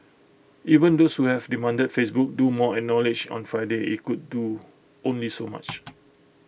even those who have demanded Facebook do more acknowledged on Friday IT could do only so much